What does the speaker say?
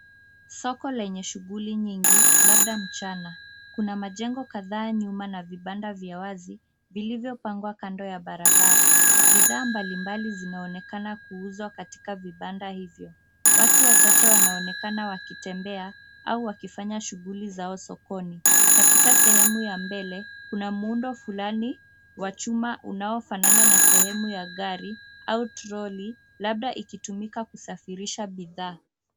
Soko lenye shughuli nyingi, labda mchana. Kuna majengo kadhaa nyuma na vibanda vya wazi, vilivyopangwa kando ya barabara. Bidhaa mbali mbali vinaonekana kuuzwa katika vibanda hivyo. Watu wachache wanonekana wakitembea au wakifanya shughuli zao sokoni. Katika sehemu ya mbele, kuna muundo fulani wa chuma unaofanana na sehemu ya gari au troli, labda ikitumika kusafirisha bidhaa.